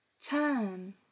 ten